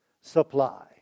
supply